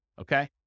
Okay